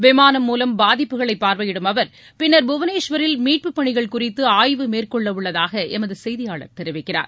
விமானம் மூலம் பாதிப்புகளை பார்வையிடும் அவர் பின்னர் புவனேஷ்வரில் மீட்புப் பணிகள் குறித்து ஆய்வு மேற்கொள்ளவுள்ளதாக எமது செய்தியாளர் தெரிவிக்கிறார்